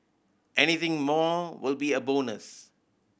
anything more will be a bonus